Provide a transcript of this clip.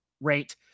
rate